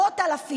אורן הלמן,